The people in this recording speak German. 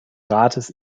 rates